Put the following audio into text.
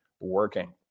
working